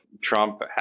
Trump